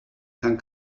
kann